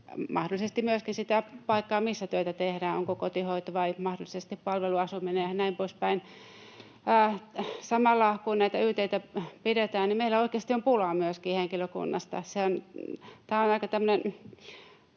mahdollisesti myöskin sitä paikkaa, missä työtä tehdään — onko kotihoito vai mahdollisesti palveluasuminen, ja näin poispäin. Samalla kun näitä yt:itä pidetään, niin meillä oikeasti on myöskin pulaa henkilökunnasta.